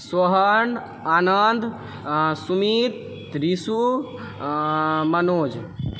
Sohan Anand Sumit Trishu Manoj